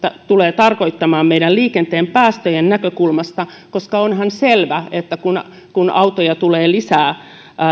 tulee tarkoittamaan meidän liikenteen päästöjen näkökulmasta koska onhan selvä että kun kun autoja tulee lisää